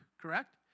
Correct